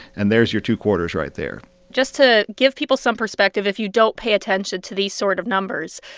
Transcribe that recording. and there's your two quarters right there just to give people some perspective, if you don't pay attention to these sort of numbers,